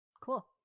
Cool